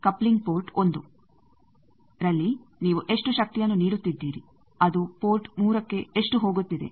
coupling port 1ರಲ್ಲಿ ನೀವು ಎಷ್ಟು ಶಕ್ತಿಯನ್ನು ನೀಡುತ್ತಿದ್ದೀರಿ ಅದು ಪೋರ್ಟ್ 3ಗೆ ಎಷ್ಟು ಹೋಗುತ್ತಿದೆ